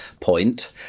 point